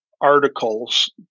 articles